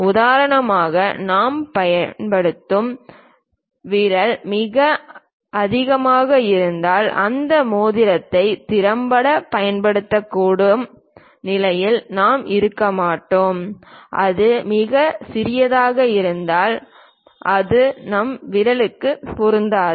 உதாரணமாக நாம் பயன்படுத்தும் விரல் மிக அதிகமாக இருந்தால் அந்த மோதிரத்தை திறம்பட பயன்படுத்தக்கூடிய நிலையில் நாம் இருக்க மாட்டோம் அது மிகச் சிறியதாக இருந்தால் அது நம் விரலுக்கும் பொருந்தாது